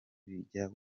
bikajya